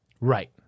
Right